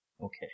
Okay